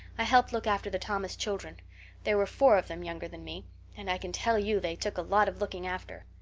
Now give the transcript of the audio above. i helped look after the thomas children there were four of them younger than me and i can tell you they took a lot of looking after.